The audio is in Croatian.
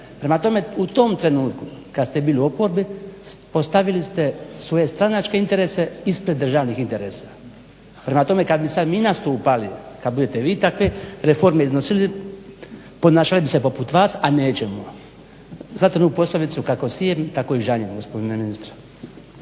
Prema tome u tom trenutku kad ste bili u oporbi postavili ste svoje stranačke interese ispred državnih interesa. Prema tome kad bi sad mi nastupali kad budete vi takve reforme iznosili ponašali bi se poput vas, a nećemo. Znate onu poslovicu kako sijem tako i žanjem gospodine ministre.